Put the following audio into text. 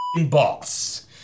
boss